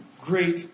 great